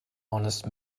honest